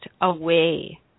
away